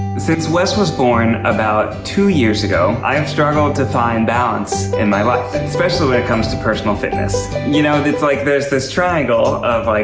since wes was born about two years ago, i have struggled to find balance in my life. especially when it comes to personal fitness. you know it's like there's this triangle of like,